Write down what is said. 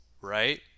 Right